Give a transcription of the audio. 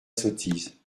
sottise